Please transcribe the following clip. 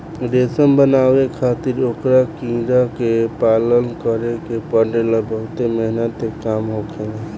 रेशम बनावे खातिर ओकरा कीड़ा के पालन करे के पड़ेला बहुत मेहनत के काम होखेला